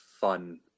fun